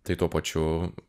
tai tuo pačiu